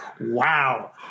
Wow